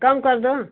कम कर दो